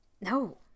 No